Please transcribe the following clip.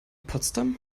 potsdam